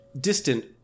distant